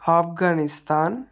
Afghanistan